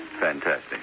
Fantastic